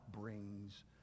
brings